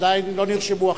עדיין לא נרשמו אחרים.